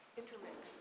intermixed.